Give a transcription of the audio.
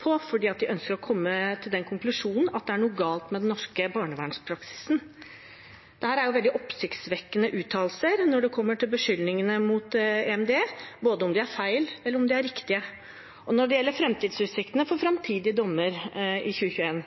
de ønsker å komme til den konklusjonen at det er noe galt med den norske barnevernspraksisen. Dette er veldig oppsiktsvekkende uttalelser når det gjelder beskyldningene mot EMD, både om de er feil, og om de er riktige, og når det gjelder utsiktene for framtidige dommer i 2021.